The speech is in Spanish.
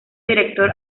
director